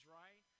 right